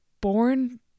born